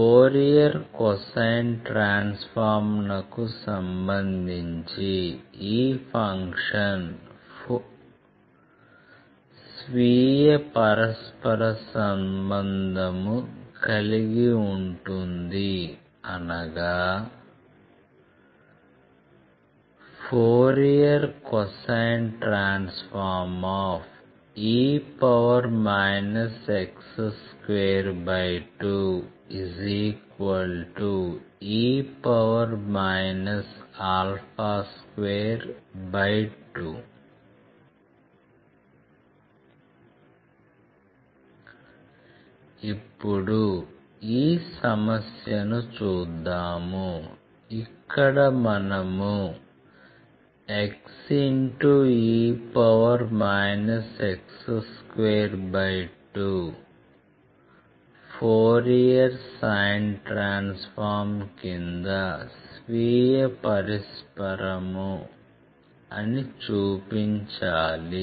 Fourier cosine transform నకు సంబంధించి ఈ ఫంక్షన్ స్వీయ పరస్పర సంబంధం కలిగి ఉంటుంది అనగా Fce x22e 22 ఇప్పుడు ఈ సమస్యను చూద్దాం ఇక్కడ మనము xe x22 Fourier sine transform కింద స్వీయ పరస్పరం అని చూపించాలి